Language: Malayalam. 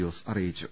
ജോസ് അറിയിച്ചു